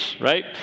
right